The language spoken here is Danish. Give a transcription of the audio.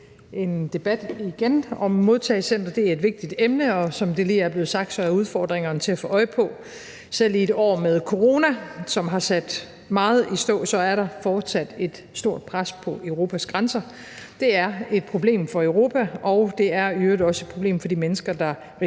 en debat igen om et modtagecenter. Det er et vigtigt emne, og som det lige er blevet sagt, er udfordringerne til at få øje på. Selv i et år med corona, som har sat meget i stå, er der fortsat et stort pres på Europas grænser. Det er et problem for Europa, og det er i øvrigt også et problem for de mennesker, der risikerer